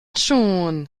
schon